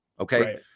okay